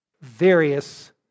various